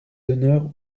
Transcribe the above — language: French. honneurs